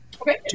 Okay